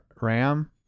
RAM